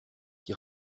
qui